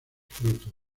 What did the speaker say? frutos